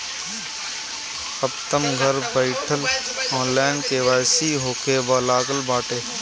अबतअ घर बईठल ऑनलाइन के.वाई.सी होखे लागल बाटे